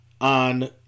on